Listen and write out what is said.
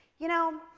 you know,